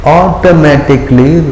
automatically